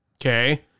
okay